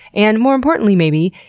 and more importantly, maybe,